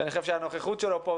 שאני חושב שהנוכחות שלו פה,